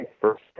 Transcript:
first